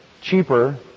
cheaper